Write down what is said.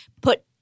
put